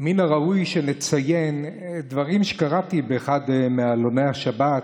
מן הראוי לציין דברים שקראתי באחד מעלוני השבת הנכבדים,